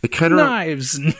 knives